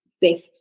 best